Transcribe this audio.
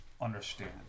understand